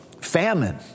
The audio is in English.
famine